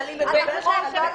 על החוק,